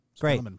Great